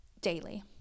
daily